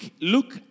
look